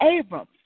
Abram